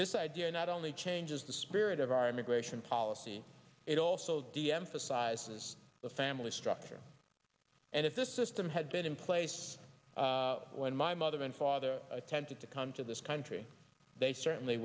this idea not only changes the spirit of our immigration policy it also deemphasized has the family structure and if this system had been in place when my mother and father attempted to come to this country they certainly